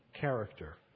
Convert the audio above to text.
character